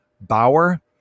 Bauer